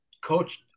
coach